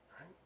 Right